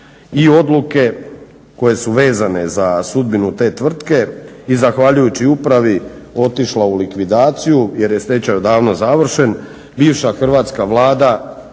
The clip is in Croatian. i odluke koje su vezane za sudbinu te tvrtke i zahvaljujući upravi otišla u likvidaciju jer je stečaj odavno završen. Bivša hrvatska vlada